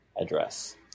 address